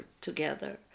together